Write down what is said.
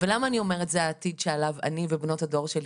ולמה אני אומרת שזה העתיד שעליו אני ובנות הדור שלי